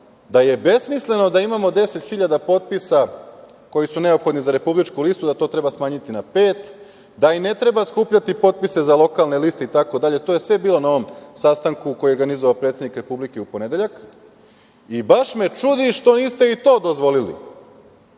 da je besmisleno da imamo 10.000 potpisa koji su neophodni za republičku listu, da to treba smanjiti na pet, da i ne treba skupljati potpise za lokalne liste itd. To je sve bilo na onom sastanku koji je organizovao predsednik Republike u ponedeljak. Baš me čudi što niste i to dozvolili,